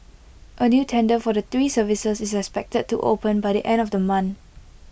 A new tender for the three services is expected to open by the end of the month